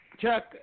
Chuck